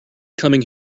coming